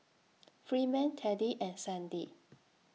Freeman Teddy and Sandi